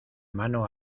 mano